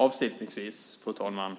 Avslutningsvis vill jag säga att